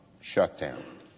shutdown